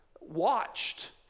watched